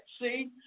see